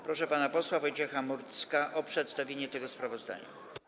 Proszę pana posła Wojciecha Murdzka o przedstawienie tego sprawozdania.